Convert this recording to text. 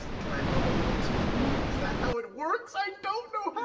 can i hum a little tune? is that how it works? i don't know how